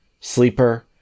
Sleeper